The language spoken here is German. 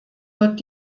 wird